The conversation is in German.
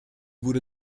wurde